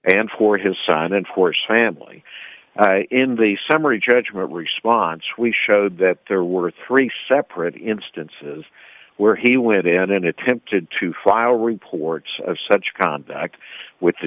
and for his son and force family in the summary judgment response we showed that there were three separate instances where he went and then attempted to file reports of such conduct with the